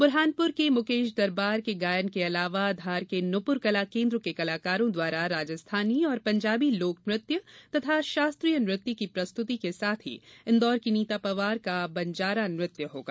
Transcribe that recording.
बुरहानपुर के मुकेश दरबार के गायन के अलावा धार के नुपूर कला केन्द्र के कलाकारों द्वारा राजस्थानी व पंजाबी लोक नृत्य व षास्त्रीय नृत्य की प्रस्तुति के साथ ही इन्दौर की नीता पंवार का बंजारा नृत्य होगा